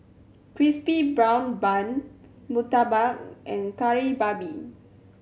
Crispy Golden Brown Bun murtabak and Kari Babi